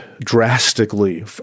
drastically